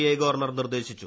I governor നിർദ്ദേശിച്ചു